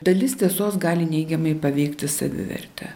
dalis tiesos gali neigiamai paveikti savivertę